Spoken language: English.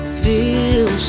feel